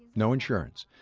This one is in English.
no insurance.